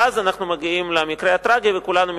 ואז אנחנו מגיעים למקרה הטרגי וכולם מתעוררים.